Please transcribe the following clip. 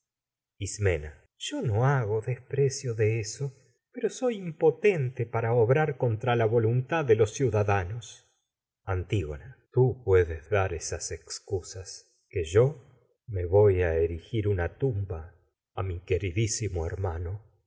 ismena yo no hago desprecio de contra eso pero soy im potente danos para obrar la voluntad de los ciuda antígona tú puedes dar tumba a esas excusas que yo me voy ya a erigir una mi queridísimo hermano